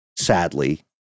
sadly